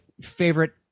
favorite